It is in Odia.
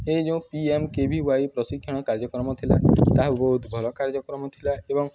ଏ ଯେଉଁ ପିଏମ୍କେଭିୱାଇ ପ୍ରଶିକ୍ଷଣ କାର୍ଯ୍ୟକ୍ରମ ଥିଲା ତାହା ବହୁତ ଭଲ କାର୍ଯ୍ୟକ୍ରମ ଥିଲା ଏବଂ